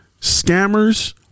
scammers